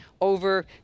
over